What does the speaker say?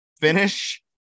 finish